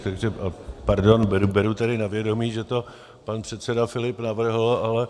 Takže pardon, beru tedy na vědomí, že to pan předseda Filip navrhl.